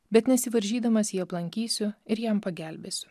bet nesivaržydamas jį aplankysiu ir jam pagelbėsiu